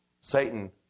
Satan